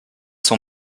son